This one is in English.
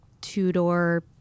two-door